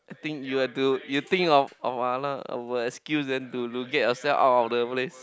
I think you have to you think of of another of a excuse then to to look at yourself out of the place